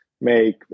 make